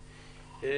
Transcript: תודה.